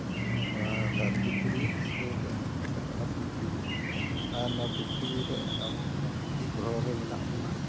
ᱱᱚᱣᱟ ᱫᱷᱟᱹᱨᱛᱤ ᱯᱩᱨᱤ ᱥᱮ ᱡᱟᱦᱟᱸ ᱠᱚ ᱢᱮᱛᱟᱜ ᱠᱟᱱᱟ ᱯᱨᱤᱛᱷᱤᱵᱤ ᱟᱨ ᱱᱚᱣᱟ ᱯᱨᱤᱛᱷᱤᱵᱤ ᱨᱮ ᱟᱵᱚ ᱦᱚᱸ ᱢᱤᱫᱴᱮᱱ ᱜᱨᱚᱦᱚ ᱨᱮ ᱢᱮᱱᱟᱜ ᱵᱚᱱᱟ